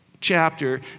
chapter